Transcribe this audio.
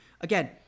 again